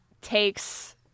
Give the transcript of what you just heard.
takes